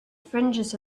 fringes